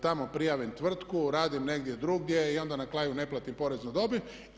Tamo prijavim tvrtku, radim negdje drugdje i onda na kraju ne platim porez na dobit.